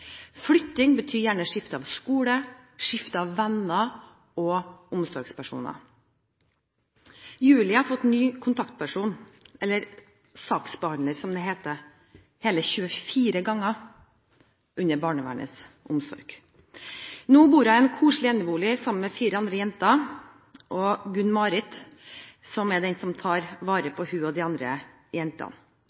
Flytting betyr gjerne skifte av skole, skifte av venner og skifte av omsorgspersoner. Julie har fått ny kontaktperson – eller saksbehandler som det heter – hele 24 ganger under barnevernets omsorg. Nå bor hun i en koselig enebolig sammen med fire andre jenter og Gunn Marit, som er den som tar vare på henne og de andre jentene.